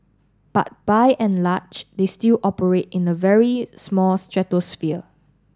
but by and large they still operate in a very small stratosphere